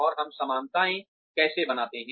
और हम समानताएं कैसे बनाते हैं